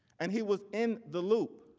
and he was in the loop,